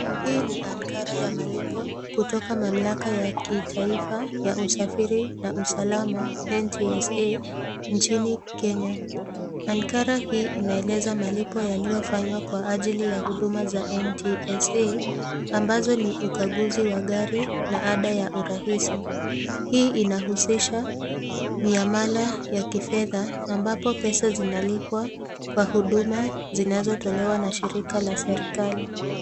Hii ni ankara ya malipo, kutoka mamlaka ya kitaifa ya usafiri na usalama, NTSA, nchini Kenya. Ankara hii inaeleza malipo yaliyofanywa kwa ajili ya huduma za NTSA, ambazo ni ukaguzi wa gari, na ada ya urahisi. Hii inahusisha miamala ya kifedha, ambapo pesa zinalipwa kwa huduma zinazotolewa na shirika la serikali.